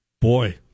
boy